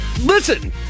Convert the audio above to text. Listen